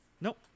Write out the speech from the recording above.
nope